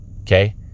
Okay